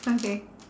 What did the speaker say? okay